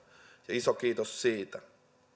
iso kiitos siitä